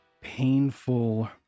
painful